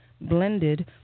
blended